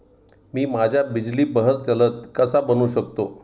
मी माझ्या बिजली बहर जलद कसा बनवू शकतो?